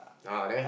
ah there